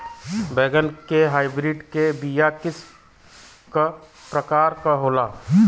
बैगन के हाइब्रिड के बीया किस्म क प्रकार के होला?